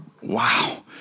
Wow